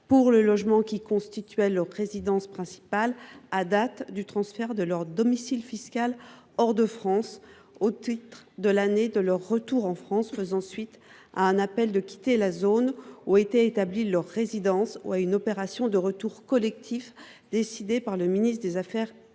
pour le logement qui constituait leur résidence principale à la date du transfert de leur domicile fiscal hors de France, au titre de l’année de leur retour en France faisant suite à un appel à quitter la zone où était établie leur résidence ou à une opération de retour collectif décidé par le ministre des affaires